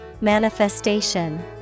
Manifestation